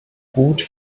gut